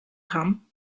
come